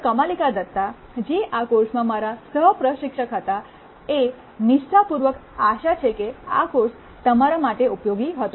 કમાલિકા દત્તા જે આ કોર્સમાં મારા સહ પ્રશિક્ષક હતા એ નિષ્ઠાપૂર્વક આશા રાખીયે છે કે આ કોર્સ તમારા માટે ઉપયોગી હતો